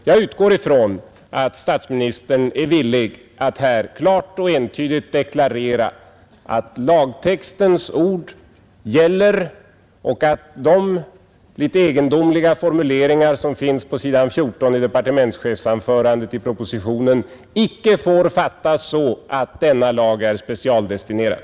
Jag utgår ifrån att statsministern är villig att här klart och entydigt deklarera att lagtextens ord gäller och att de litet egendomliga formuleringar, som finns i departementschefsanförandet på s. 14 i propositionen, icke får fattas så att denna lag är specialdestinerad.